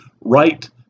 right